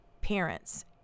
parents